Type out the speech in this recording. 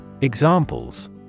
Examples